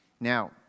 Now